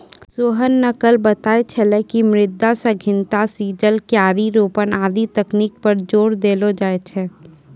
सोहन न कल बताय छेलै कि मृदा सघनता, चिजल, क्यारी रोपन आदि तकनीक पर जोर देलो जाय छै